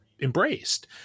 Embraced